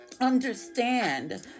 understand